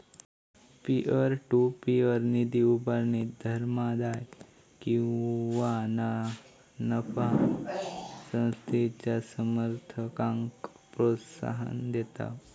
peer to peer निधी उभारणी धर्मादाय किंवा ना नफा संस्थेच्या समर्थकांक प्रोत्साहन देता